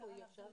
הביטוח הלאומי.